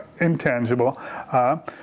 intangible